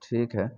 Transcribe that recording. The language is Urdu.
ٹھیک ہے